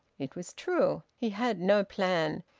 it was true. he had no plan,